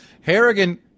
Harrigan